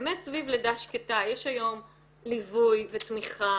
באמת סביב לידה שקטה יש היום ליווי ותמיכה